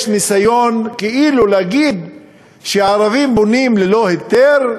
יש ניסיון כאילו להגיד שערבים בונים ללא היתר,